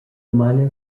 minor